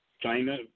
China